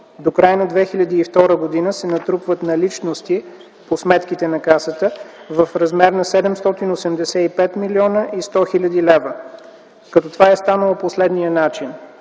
До края на 2002 г. се натрупват наличности по сметките на Касата в размер на 785 млн. 100 хил. лв. Това е станало по следния начин.